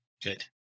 Good